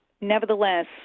nevertheless